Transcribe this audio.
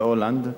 בהולנד,